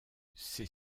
ses